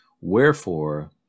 Wherefore